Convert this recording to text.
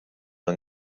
yng